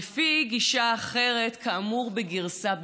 לפי גישה אחרת, כאמור בגרסה ב'.